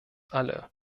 alle